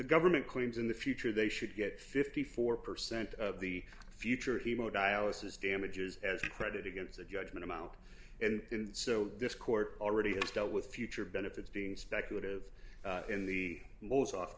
the government claims in the future they should get fifty four percent of the future haemodialysis damages as a credit against the judgment amount and so this court already has dealt with future benefits being speculative in the most of